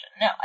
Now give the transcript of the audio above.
no